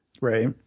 Right